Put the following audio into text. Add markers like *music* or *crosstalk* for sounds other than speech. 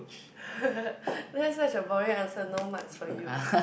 *laughs* that's such a boring answer no marks for you